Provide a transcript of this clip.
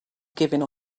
giving